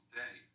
day